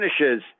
finishes